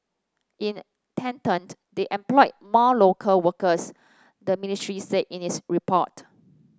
in the tandem they employed more local workers the ministry said in its report